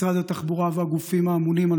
משרד התחבורה והגופים האמונים על